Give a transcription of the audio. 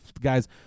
guys